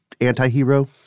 anti-hero